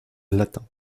latin